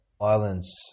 Islands